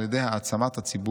אלא על ידי העצמת הציבור,